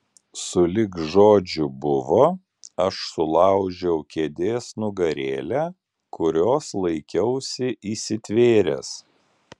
sulig žodžiu buvo aš sulaužiau kėdės nugarėlę kurios laikiausi įsitvėręs